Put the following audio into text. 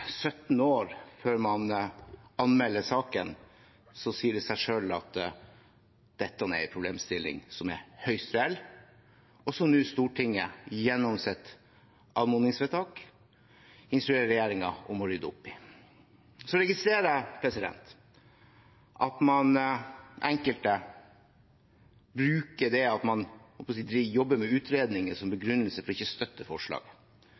17 år før man anmelder saken. Da sier det seg selv at dette er en problemstilling som er høyst reell, og som Stortinget nå, gjennom sitt anmodningsvedtak, instruerer regjeringen om å rydde opp i. Jeg registrerer at enkelte bruker det at man jobber med utredninger, som begrunnelse for ikke å støtte forslaget.